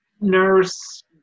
nurse